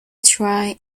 try